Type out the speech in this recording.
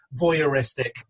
voyeuristic